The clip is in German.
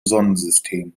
sonnensystem